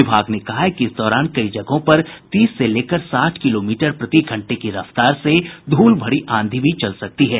विभाग ने कहा है कि इस दौरान कई जगहों पर तीस से लेकर साठ किलोमीटर प्रति घंटे की रफ्तार से ध्रल भरी आंधी भी चल सकती है